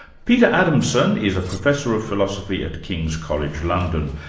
peter adamson is a professor of philosophy at king's college, london,